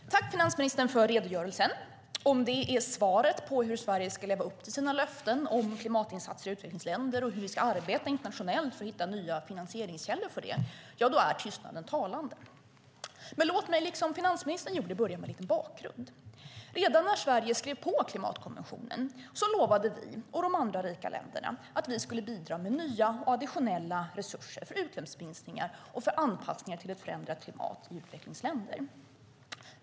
Herr talman! Tack, finansministern för redogörelsen. Om det är svaret på hur Sverige ska leva upp till sina löften om klimatinsatser i utvecklingsländer och hur vi ska arbeta internationellt för att hitta nya finansieringskällor för det är tystnaden talande. Men låt mig, liksom finansministern, börja med en bakgrund. Redan när Sverige skrev på klimatkonventionen lovade vi och de andra rika länderna att vi skulle bidra med nya och additionella resurser för utsläppsminskningar och för anpassningar till ett förändrat klimat i utvecklingsländer.